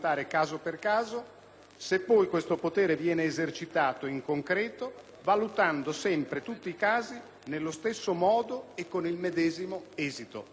se poi questo potere viene esercitato in concreto valutando sempre tutti i casi nello stesso modo e con il medesimo esito. Questo è il punto.